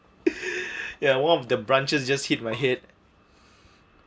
ya one of the branches just hit my head